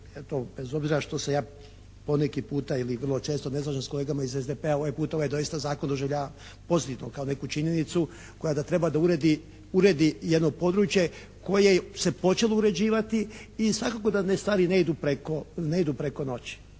bez obzira što se ja poneki puta ili vrlo često ne slažem s kolegama iz SDP-a ovaj put ovaj doista zakon doživljavam pozitivno kao neku činjenicu koja treba da uredi jedno područje koje se počelo uređivati i svakako da stvari ne idu preko noći.